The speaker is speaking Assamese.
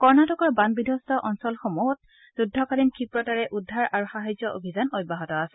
কৰ্ণাটকৰ বান বিব্ধস্ত অঞ্চলসমূহ যুদ্ধকালীন ক্ষীপ্ৰতাৰে উদ্ধাৰ আৰু সাহাৰ্য অভিযান অব্যাহত আছে